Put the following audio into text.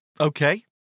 okay